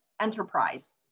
Enterprise